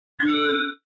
good